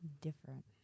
different